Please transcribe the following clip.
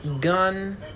gun